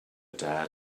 dad